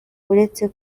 uretse